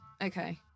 Okay